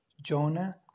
Jonah